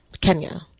Kenya